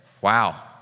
Wow